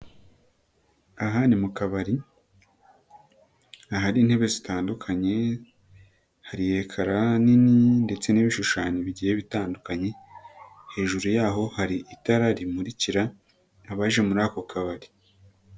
Aha ni mu kabari ahari intebe zitandukanye, hari ekara nini ndetse n'ibishushanyo bigiye bitandukanye, hejuru yaho hari itara rimurikira abaje muri ako kabari.